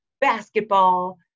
basketball